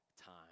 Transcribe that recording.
time